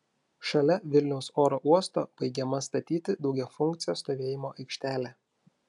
šalia vilniaus oro uosto baigiama statyti daugiafunkcė stovėjimo aikštelė